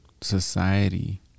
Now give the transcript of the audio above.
society